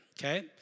Okay